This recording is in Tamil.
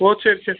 ஓ சரி சரி